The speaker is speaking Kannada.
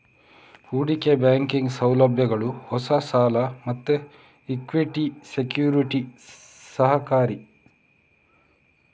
ಹೂಡಿಕೆ ಬ್ಯಾಂಕಿಂಗ್ ಸೌಲಭ್ಯಗಳು ಹೊಸ ಸಾಲ ಮತ್ತೆ ಇಕ್ವಿಟಿ ಸೆಕ್ಯುರಿಟಿಗೆ ಸಹಕಾರಿ